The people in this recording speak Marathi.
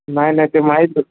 नाही नाही ते माहीत